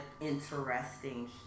interesting